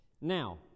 Now